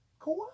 Kawhi